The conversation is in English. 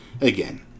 again